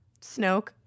Snoke